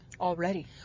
already